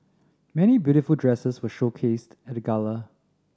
many beautiful dresses were showcased at the gala